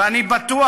ואני בטוח,